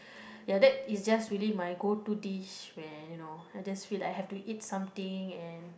ya that is just really my go to dish where you know I just feel like have to eat something and